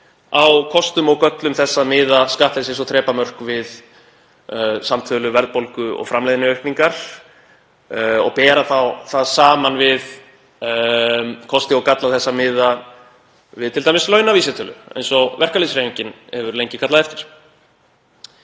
á kostum og göllum þess að miða skattleysis- og þrepamörk við samtölu verðbólgu og framleiðniaukningar og bera það saman við kosti og galla þess að miða t.d. við launavísitölu eins og verkalýðshreyfingin hefur lengi kallað eftir.